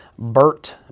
Bert